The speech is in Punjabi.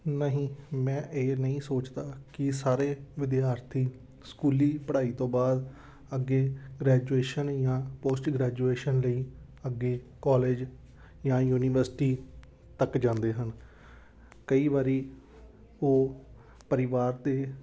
ਨਹੀਂ ਮੈਂ ਇਹ ਨਹੀਂ ਸੋਚਦਾ ਕਿ ਸਾਰੇ ਵਿਦਿਆਰਥੀ ਸਕੂਲੀ ਪੜ੍ਹਾਈ ਤੋਂ ਬਾਅਦ ਅੱਗੇ ਗ੍ਰੈਜੂਏਸ਼ਨ ਜਾਂ ਪੋਸਟ ਗ੍ਰੈਜੂਏਸ਼ਨ ਲਈ ਅੱਗੇ ਕੋਲੇਜ ਜਾਂ ਯੂਨੀਵਰਸਿਟੀ ਤੱਕ ਜਾਂਦੇ ਹਨ ਕਈ ਵਾਰ ਉਹ ਪਰਿਵਾਰ ਅਤੇ